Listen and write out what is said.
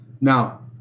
Now